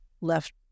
left